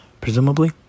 presumably